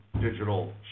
digital